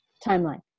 timeline